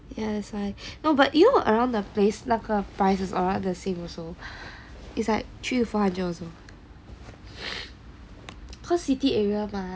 ya that's why but you know around the place 那个 prices around the same also it's like three or four hundred also pearl city area mah